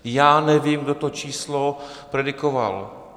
Já nevím, kdo to číslo predikoval.